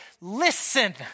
listen